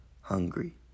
hungry